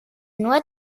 noix